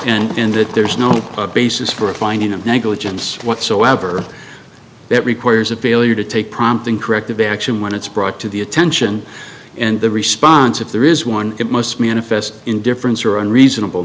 t and that there's no basis for a finding of negligence whatsoever that requires a failure to take prompting corrective action when it's brought to the attention and the response if there is one that most manifest indifference or a reasonable